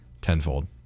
tenfold